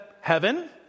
heaven